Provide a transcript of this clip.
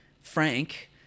Frank